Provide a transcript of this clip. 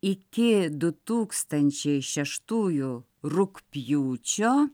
iki du tūkstančiai šeštųjų rugpjūčio